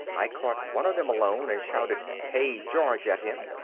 i caught one of them alone and shouted hey, george! at him.